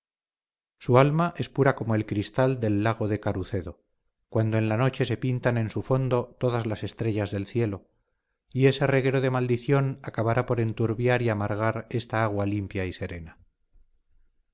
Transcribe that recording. su alma es pura como el cristal del lago de carucedo cuando en la noche se pintan en su fondo todas las estrellas del cielo y ese reguero de maldición acabará por enturbiar y amargar esta agua limpia y serena